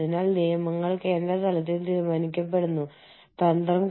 അതിനാൽ അത് ആഗോളതലത്തിൽ ജനിച്ച സ്ഥാപനമാണ് എന്ന് പറയാം